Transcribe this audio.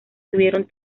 tuvieron